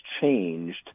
changed